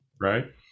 Right